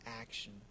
action